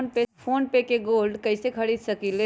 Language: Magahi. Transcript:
फ़ोन पे से गोल्ड कईसे खरीद सकीले?